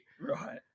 Right